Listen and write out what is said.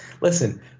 listen